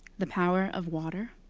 the power of water,